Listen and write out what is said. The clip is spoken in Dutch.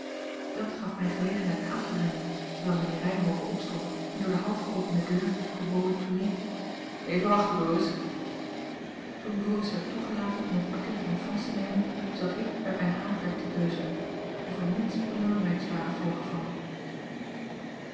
dat gaf mij gelegenheid mij af te wenden terwijl mijnheer ryhove opstond en door de half geopende deur den bode toeriep even wachten doris toen doris werd toegelaten om het pakket in ontvangst te nemen zat ik met mijn haakwerk te beuzelen of er niets belangrijks ware voorgevallen